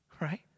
right